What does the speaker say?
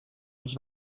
els